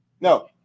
No